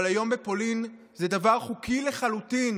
אבל היום בפולין זה דבר חוקי לחלוטין